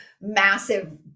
massive